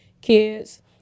kids